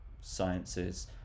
sciences